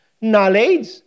knowledge